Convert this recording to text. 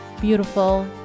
beautiful